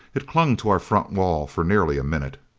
it clung to our front wall for nearly a minute.